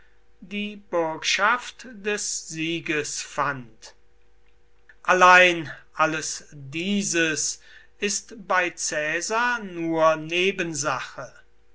die bürgschaft des sieges fand allein alles dieses ist bei caesar nur nebensache